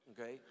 okay